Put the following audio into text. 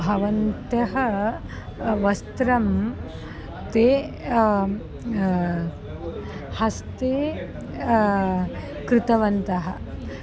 भवन्तः वस्त्रं ते हस्ते कृतवन्तः